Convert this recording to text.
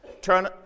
Turn